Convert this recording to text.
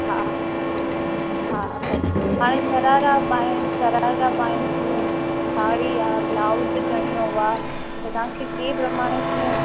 हा हा ॿई आहिनि शरारा पाइनि शरारा पाइनि थियूं साड़ी आहे ब्लाऊज चनियो आहे त तव्हां खे कंहिं प्रमाण कीअं